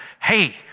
hey